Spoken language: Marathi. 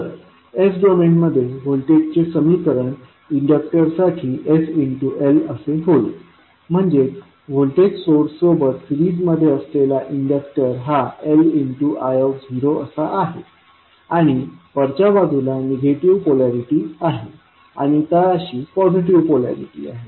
तर s डोमेनमध्ये व्होल्टेजचे समीकरण इंडक्टरसाठी sL असे होईल म्हणजेच व्होल्टेज सोर्स सोबत सीरिजमध्ये असलेला इंडक्टर हा Li0 असा आहे आणि वरच्या बाजूला निगेटिव्ह पोलॅरिटी आहे आणि तळाशी पॉझिटिव्ह पोलॅरिटी आहे